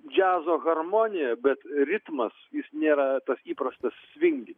džiazo harmonija bet ritmas jis nėra tas įprastas svingi